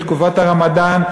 בתקופת הרמדאן.